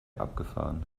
abgefahren